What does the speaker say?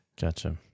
Gotcha